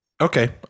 Okay